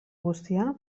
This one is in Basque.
guztia